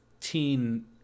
teen